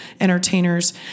entertainers